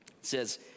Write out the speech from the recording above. says